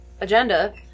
agenda